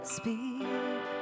speak